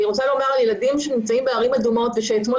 אני רוצה לומר שילדים שנמצאים בערים אדומות ואתמול